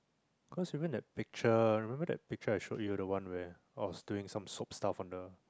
cause remember that picture remember that picture I showed you the one where I was doing some soap stuff on the